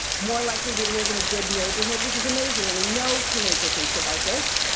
more likely to live in a good neighborhood, which is amazing. i mean no teenager thinks about this.